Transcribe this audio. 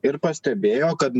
ir pastebėjo kad